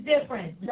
different